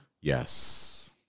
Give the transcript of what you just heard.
Yes